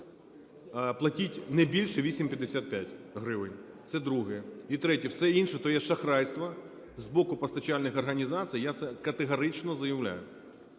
Платіть не більше 8,55 гривень – це друге. І третє. Все інше – то є шахрайство з боку постачальних організацій. Я це категорично заявляю.